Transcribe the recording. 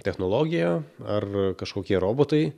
technologija ar kažkokie robotai